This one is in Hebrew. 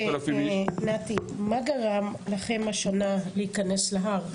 נתי, מה גרם לכם השנה להיכנס להר?